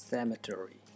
Cemetery